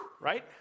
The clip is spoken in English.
Right